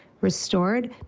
restored